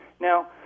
Now